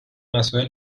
مسائل